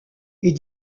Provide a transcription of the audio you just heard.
est